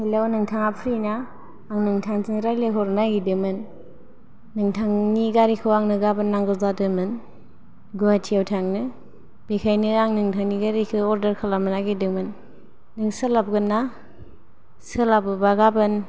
हेल' नोंथाङा फ्रि ना आं नोंथांजोें रायलायहरनो नागेरदोंमोन नोंथांनि गारिखौ आंनो गाबोन नांगौ जादोंमोन गुवाहाटियाव थांनो बेखायनो आं नोंथांनि गारिखौ अर्दार खालामनो नागोरदोंमोन नों सोलाबगोन ना सोलाबोबा गाबोन